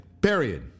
Period